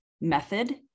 method